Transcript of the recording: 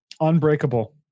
Unbreakable